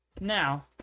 Now